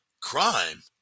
Crime